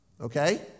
Okay